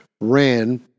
ran